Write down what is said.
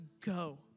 go